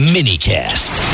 Minicast